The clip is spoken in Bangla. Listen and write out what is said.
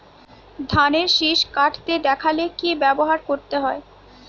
ধানের শিষ কাটতে দেখালে কি ব্যবহার করতে হয়?